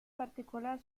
particular